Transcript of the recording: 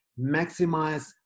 maximize